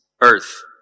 earth